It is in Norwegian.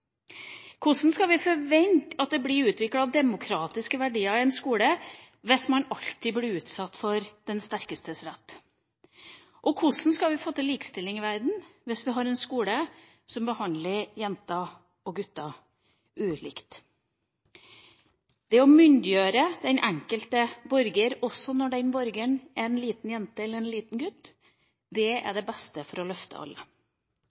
Hvordan kan vi forvente at det blir utviklet demokratiske verdier i en skole hvis man alltid blir utsatt for den sterkestes rett? Og hvordan skal vi få til likestilling i verden hvis vi har en skole som behandler jenter og gutter ulikt? Det å myndiggjøre den enkelte borger, også når den borgeren er en liten jente eller en liten gutt, er det beste for å løfte alle.